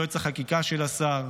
יועץ החקיקה של השר,